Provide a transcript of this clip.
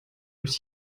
durch